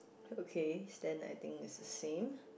okays then I think it's the same